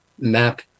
map